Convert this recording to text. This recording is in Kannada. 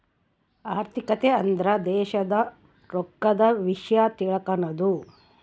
ಆರ್ಥಿಕತೆ ಅಂದ್ರ ದೇಶದ್ ರೊಕ್ಕದ ವಿಷ್ಯ ತಿಳಕನದು